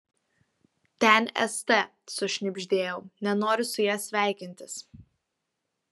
ten st sušnibždėjau nenoriu su ja sveikintis